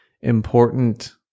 important